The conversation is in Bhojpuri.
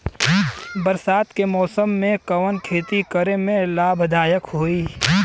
बरसात के मौसम में कवन खेती करे में लाभदायक होयी?